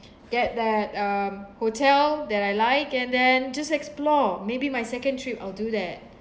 get that um hotel that I like and then just explore maybe my second trip I'll do that